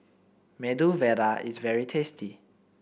Medu Vada is very tasty